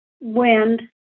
wind